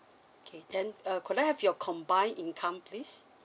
okay then uh could I have your combine income please